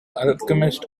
alchemist